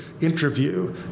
interview